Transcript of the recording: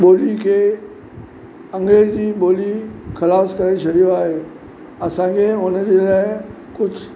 ॿोलीअ खे अंग्रेजी ॿोली ख़लासि करे छॾियो आहे असांखे हुनजे लाइ कुझु